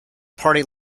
party